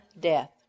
death